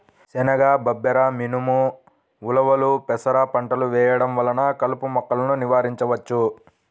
శనగ, బబ్బెర, మినుము, ఉలవలు, పెసర పంటలు వేయడం వలన కలుపు మొక్కలను నివారించవచ్చు